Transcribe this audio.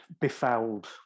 befouled